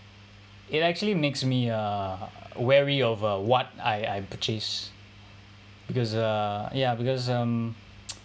it actually makes me uh wary over what I I purchase because uh ya because um